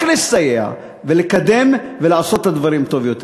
לסייע ולקדם ולעשות את הדברים טוב יותר.